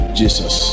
jesus